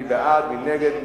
מי נגד?